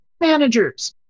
managers